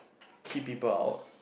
keep people out